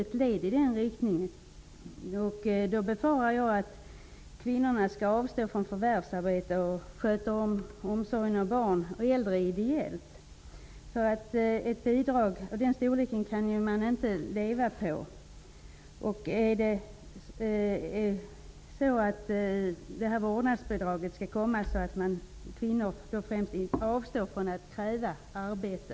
Det är ett led i en sådan riktning, och jag befarar att det menas att kvinnorna skall avstå från förvärvsarbete för att ideellt sköta omsorgen av barn och äldre. Med den storlek som bidraget har kan man ju inte leva på det. Skall vårdnadsbidraget leda till att främst kvinnor avstår från att kräva arbete?